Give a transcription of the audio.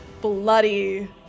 bloody